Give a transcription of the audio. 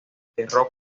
enterró